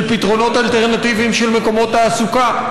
של פתרונות אלטרנטיביים של מקומות תעסוקה,